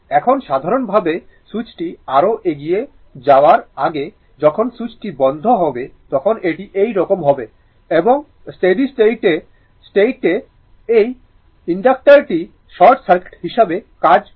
এখন সাধারণভাবে সুইচটি আরও এগিয়ে যাওয়ার আগে যখন সুইচটি বন্ধ হবে তখন এটি এই রকম হবে এবং স্টেডি স্টেট স্টেট এ এই ইনডাক্টরটি শর্ট সার্কিট হিসাবে কাজ করে